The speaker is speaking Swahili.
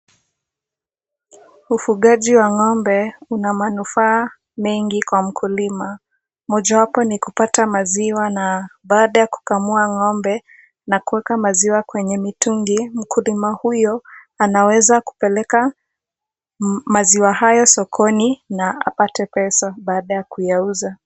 Ufugaji wa ng'ombe una manufaa mengi kwa mkulima. Mojawapo ni kupata maziwa na baada ya kukamua ng'ombe na kuweka maziwa kwenye mitungi mkulima huyo anaweza kupeleka maziwa hayo sokoni na apate pesa baada ya kuyauza.